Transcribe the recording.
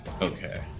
Okay